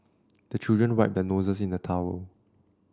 the children wipe their noses on the towel